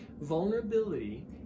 Vulnerability